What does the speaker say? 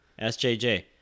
SJJ